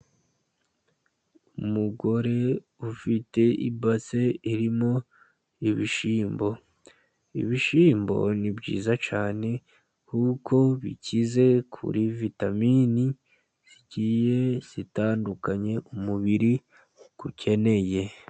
Umugore ufite ibase irimo ibishyimbo . Ibishyimbo ni byiza cyane, kuko bikize kuri vitamini zigiye zitandukanye umubiri ukeneye.